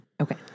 Okay